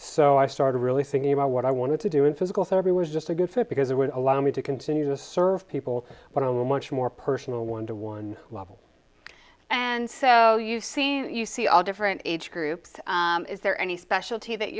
so i started really thinking about what i wanted to do in physical therapy was just a good fit because it would allow me to continue to serve people but on a much more personal one to one level and so you've seen you see all different age groups is there any specialty that